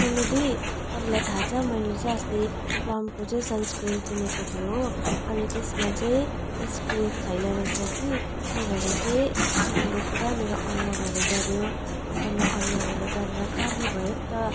सोनु दि तपाईँलाई थाहा छ मैले चाहिँ अस्ति प्लमको चाहिँ सन्स क्रिम किनेको थिएँ हो अनि त्यसमा चाहिँ एसपिएफ छैन रहेछ कि त्यो भएर चाहिँ त्यसले पुरा मेरो अनुहारहरू डढ्यो अन्त म अनुहारहरू डढेर काली भए पो त